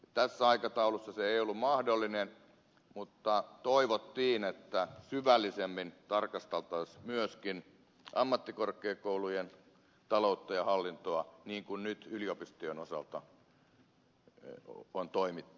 tässä aikataulussa se ei ollut mahdollinen mutta toivottiin että syvällisemmin tarkasteltaisiin myöskin ammattikorkeakoulujen taloutta ja hallintoa niin kuin nyt yliopistojen osalta on toimittu